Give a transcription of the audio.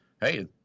hey